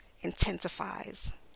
intensifies